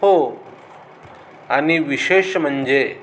हो आणि विशेष म्हणजे